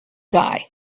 guy